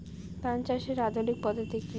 ধান চাষের আধুনিক পদ্ধতি কি?